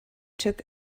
took